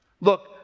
Look